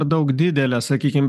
daug didelė sakykim